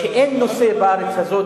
רבותי השרים אולי תביע את דעתך בעניין?